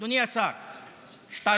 אדוני השר שטייניץ.